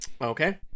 Okay